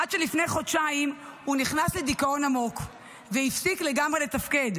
עד שלפני חודשיים הוא נכנס לדיכאון עמוק והפסיק לגמרי לתפקד.